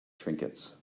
trinkets